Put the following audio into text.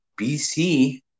BC